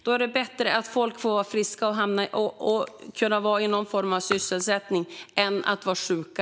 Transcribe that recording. Det är bättre att folk får vara friska och kan vara i någon form av sysselsättning än att de är sjuka.